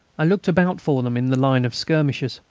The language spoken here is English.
i looked about for them in the line of skirmishers.